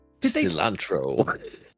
cilantro